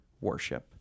worship